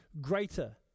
greater